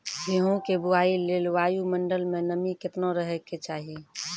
गेहूँ के बुआई लेल वायु मंडल मे नमी केतना रहे के चाहि?